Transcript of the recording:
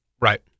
right